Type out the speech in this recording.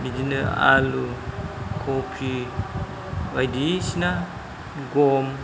बिदिनो आलु कबि बायदिसिना गम